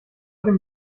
dem